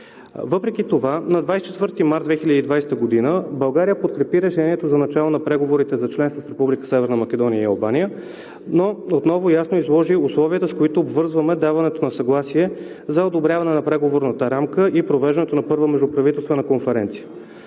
Въпреки това, на 24 март 2020 г. България подкрепи решението за начало на преговорите за членство с Република Северна Македония и Албания, но отново ясно изложи условията, с които обвързваме даването на съгласие за одобряване на Преговорната рамка и провеждането на Първа междуправителствена конференция